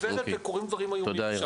עוברת וקורים דברים איומים.